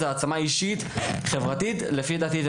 יש פה העצמה אישית וחברתית ואני חושב שזה